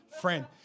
Friend